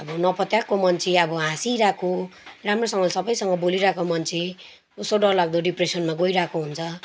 अब नपत्याएको मान्छे अब हाँसिरहेको राम्रोसँगले सबैसँग बोलिरहेको मान्छे कस्तो डरलाग्दो डिप्रेसनमा गइरहेको हुन्छ